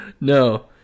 no